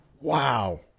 Wow